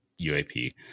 UAP